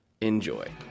enjoy